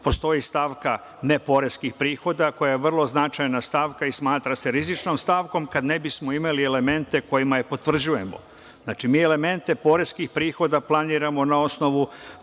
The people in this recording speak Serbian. postoji stavka – neporeskih prihoda, koja je vrlo značajna stavka i smatra se rizičnom stavkom, kad ne bismo imali elemente kojima je potvrđujemo. Znači, mi elemente poreskih prihoda planiramo na osnovu